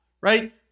right